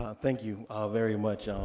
thank you very much.